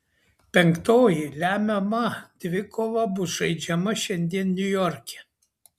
penktoji lemiama dvikova bus žaidžiama šiandien niujorke